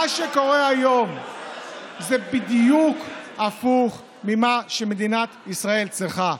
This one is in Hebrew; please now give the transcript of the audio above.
מה שקורה היום זה בדיוק הפוך ממה שמדינת ישראל צריכה.